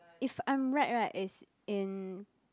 if I'm right right is in